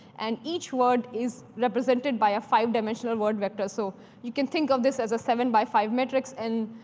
and each word is represented by a five-dimensional word vector. so you can think of this as a seven by five metric. and